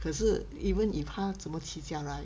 可是 even if 它怎么起 right